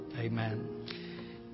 Amen